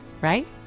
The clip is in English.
right